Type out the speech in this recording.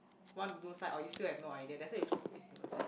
want to do psych or you still have no idea that's why you choose business